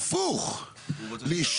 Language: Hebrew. נכון.